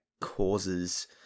causes